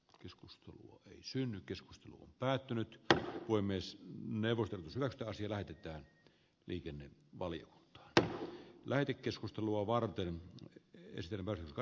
joskus tuntuu ei synny keskustelu päättynyt tai avoimessa neuvosto vertasi lähetyttään liikenne valio lähetekeskustelua varten yhdistelmä jotka